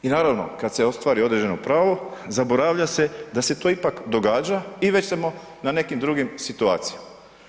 I naravno, kad se ostvari određeno pravo, zaboravlja se da se to ipak događa i već ... na nekim drugim situacijama.